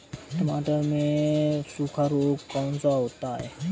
टमाटर में सूखा रोग कौन सा होता है?